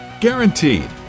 Guaranteed